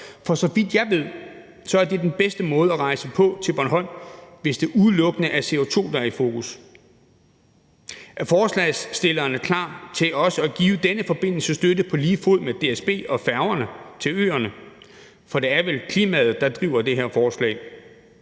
for så vidt jeg ved, er det den bedste måde at rejse på til Bornholm, hvis det udelukkende er CO2, der er i fokus. Er forslagsstillerne klar til også at give denne forbindelse støtte på lige fod med DSB og færgerne til øerne? For det er vel klimaet, der driver det her forslag.